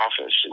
office